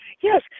Yes